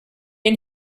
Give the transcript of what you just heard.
and